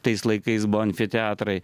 tais laikais buvo amfiteatrai